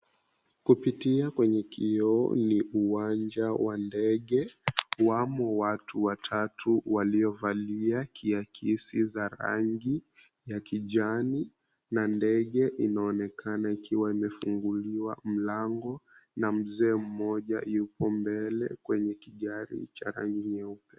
Kupitia kwenye kiio ni uwanja wa ndege. Wamo watu watatu waliovalia kiakisi za rangi ya kijani, na ndege inaonekana ikiwa imefunguliwa mlango na mzee mmoja yupo mbele kwenye kigari cha rangi nyeupe.